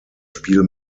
spiel